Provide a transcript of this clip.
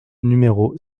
numéro